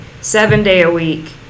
seven-day-a-week